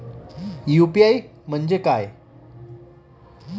UPI म्हणजे काय?